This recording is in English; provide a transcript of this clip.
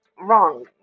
wrong